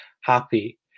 happy